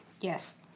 Yes